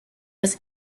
was